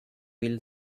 will